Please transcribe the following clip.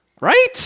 right